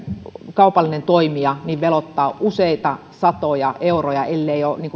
kaupallinen toimija veloittaa useita satoja euroja ellei jopa